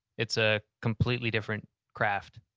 it's a completely different craft.